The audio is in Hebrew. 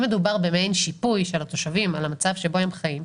אם מדובר במעין שיפוי של התושבים על המצב שבו הם חיים,